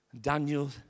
Daniel